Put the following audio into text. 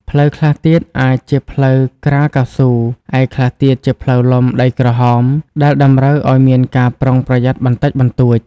ផ្លូវខ្លះទៀតអាចជាផ្លូវក្រាលកៅស៊ូ ឯខ្លះទៀតជាផ្លូវលំដីក្រហមដែលតម្រូវឲ្យមានការប្រុងប្រយ័ត្នបន្តិចបន្តួច។